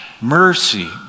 Mercy